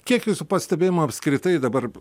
kiek visų pastebima apskritai dabar